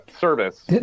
service